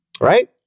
right